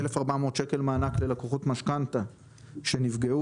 1,400 שקל מענק ללקוחות משכנתא שנפגעו,